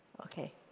Okay